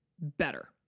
better